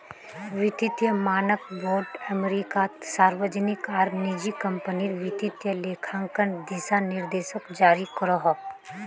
वित्तिय मानक बोर्ड अमेरिकात सार्वजनिक आर निजी क्म्पनीर वित्तिय लेखांकन दिशा निर्देशोक जारी करोहो